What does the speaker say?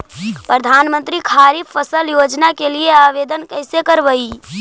प्रधानमंत्री खारिफ फ़सल योजना के लिए आवेदन कैसे करबइ?